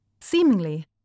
Seemingly